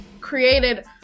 created –